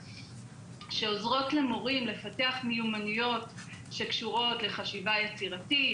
שעוזרות למורים לפתח מיומנויות שקשורות לחשיבה יצירתית,